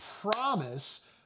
promise